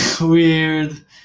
weird